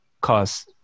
cause